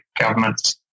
governments